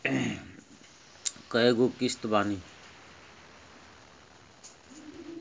कय गो किस्त बानी?